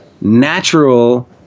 natural